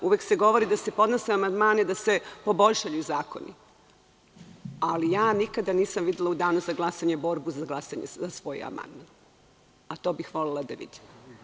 Uvek se govori da se podnose amandmani da se poboljšaju zakoni, ali ja nikada nisam videla u Danu za glasanje borbu za glasanje za svoj amandman, a to bih volela da vidim.